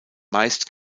meist